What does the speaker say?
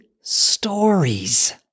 stories